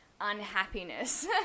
unhappiness